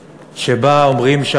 עכשיו, ביתר